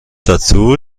dazu